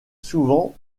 souvent